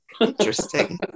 interesting